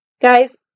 Guys